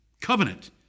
covenant